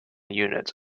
units